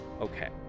Okay